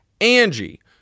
Angie